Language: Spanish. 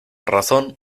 razón